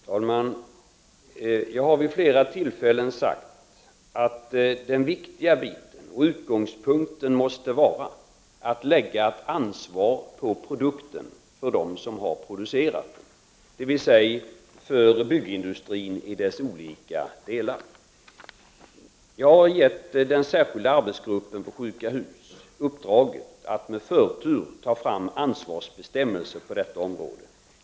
Herr talman! Jag har vid flera tillfällen sagt att det viktigaste och själva utgångspunkten måste vara att lägga ett ansvar för produkten på dem som har producerat den, på byggindustrin i dess olika delar. Jag har gett den särskilda arbetsgruppen för sjuka hus uppdraget att med förtur ta fram ansvarsbestämmelser för detta område.